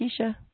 Keisha